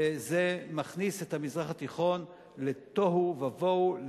זה מכניס את המזרח התיכון לתוהו ובוהו,